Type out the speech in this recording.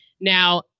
Now